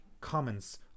comments